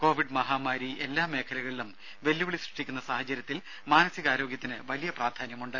Covid മഹാമാരി എല്ലാ മേഖലകളിലും വെല്ലുവിളി സൃഷ്ടിക്കുന്ന സാഹചര്യത്തിൽ മാനസികാരോഗ്യത്തിന് വലിയ പ്രാധാന്യമുണ്ട്